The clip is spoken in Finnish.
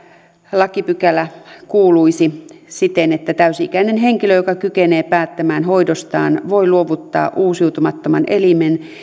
lakipykälä kuuluisi siten että täysi ikäinen henkilö joka kykenee päättämään hoidostaan voi luovuttaa uusiutumattoman elimen